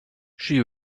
she